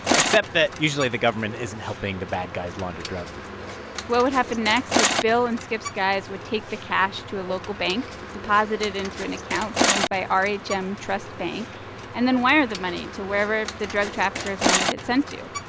except that, usually, the government isn't helping the bad guys launder drug money what would happen next is bill and skip's guys would take the cash to a local bank, deposit it into an account owned by rhm um trust bank and then wire the money to wherever the drug traffickers wanted it sent to.